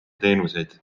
teenuseid